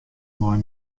mei